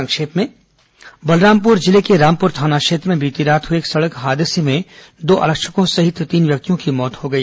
संक्षिप्त समाचार बलरामपुर जिले के रामपुर थाना क्षेत्र में बीती रात हुए एक सड़क हादसे में दो आरक्षकों सहित तीन व्यक्तियों की मौत हो गई